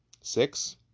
Six